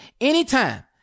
anytime